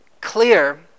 clear